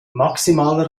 maximaler